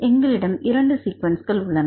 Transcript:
எங்களிடம் 2 ஸீக்வன்ஸ் உள்ளன